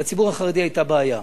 לציבור החרדי היתה בעיה.